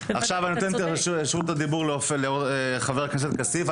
רשות הדיבור לחבר הכנסת עופר כסיף.